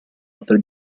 altre